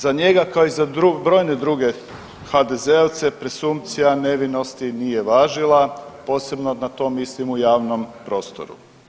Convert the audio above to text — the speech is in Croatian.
Za njega, kao i za brojne druge HDZ-ovce, presumpcija nevinosti nije važila, posebno na to mislimo u javnom prostoru.